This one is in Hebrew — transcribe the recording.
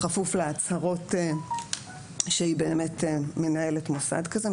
בכפוף להצהרות שהיא מנהלת מוסד כזה,